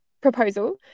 proposal